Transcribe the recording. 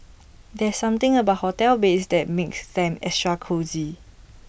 there's something about hotel beds that makes them extra cosy